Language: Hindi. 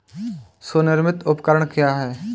स्वनिर्मित उपकरण क्या है?